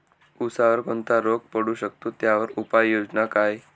ऊसावर कोणता रोग पडू शकतो, त्यावर उपाययोजना काय?